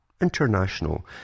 International